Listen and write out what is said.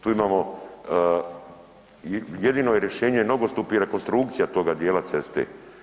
Tu imamo, jedino je rješenje nogostup i rekonstrukcija toga dijela ceste.